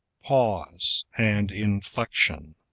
pause, and inflection.